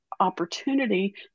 opportunity